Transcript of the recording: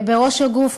בראש הגוף,